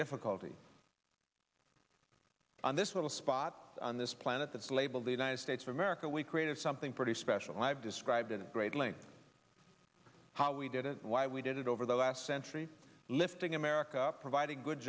difficulty on this little spot on this planet that's labeled the united states of america we created something pretty special i've described in great length how we did it why we did it over the last century lifting america providing good